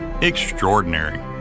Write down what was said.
extraordinary